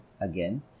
again